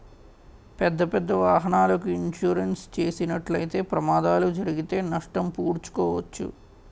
పెద్దపెద్ద వాహనాలకు ఇన్సూరెన్స్ చేసినట్లయితే ప్రమాదాలు జరిగితే నష్టం పూడ్చుకోవచ్చు